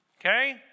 okay